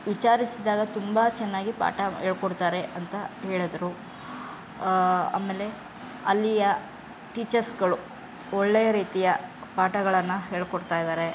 ವಿಚಾರಿಸಿದಾಗ ತುಂಬ ಚೆನ್ನಾಗಿ ಪಾಠ ಹೇಳ್ಕೊಡ್ತಾರೆ ಅಂತ ಹೇಳಿದ್ರು ಆಮೇಲೆ ಅಲ್ಲಿಯ ಟೀಚರ್ಸುಗಳು ಒಳ್ಳೆಯ ರೀತಿಯ ಪಾಠಗಳನ್ನು ಹೇಳಿಕೊಡ್ತಾ ಇದ್ದಾರೆ